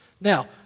Now